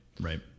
right